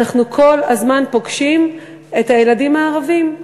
אנחנו כל הזמן פוגשים את הילדים הערבים.